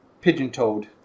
pigeon-toed